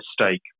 mistake